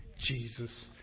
Jesus